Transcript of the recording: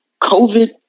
COVID